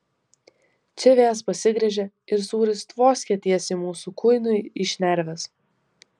čia vėjas pasigręžė ir sūris tvoskė tiesiai mūsų kuinui į šnerves